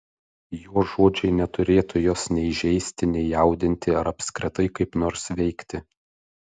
jo žodžiai neturėtų jos nei žeisti nei jaudinti ar apskritai kaip nors veikti